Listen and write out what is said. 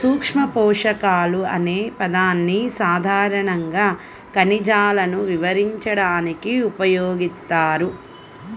సూక్ష్మపోషకాలు అనే పదాన్ని సాధారణంగా ఖనిజాలను వివరించడానికి ఉపయోగిస్తారు